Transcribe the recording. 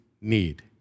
need